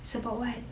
it's about what